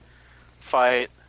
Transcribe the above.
fight